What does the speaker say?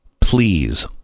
please